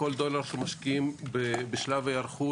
על כל דולר שמשקיעים בשלב ההיערכות,